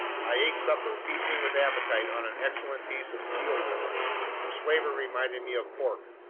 i ate supper, feasting with appetite on an excellent piece of seal liver whose flavor reminded me of pork.